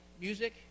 music